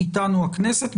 אתנו הכנסת,